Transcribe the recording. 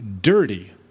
dirty